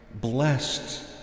blessed